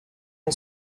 une